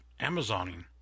Amazoning